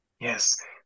yes